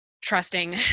trusting